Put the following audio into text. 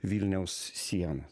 vilniaus sienas